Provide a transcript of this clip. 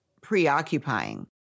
preoccupying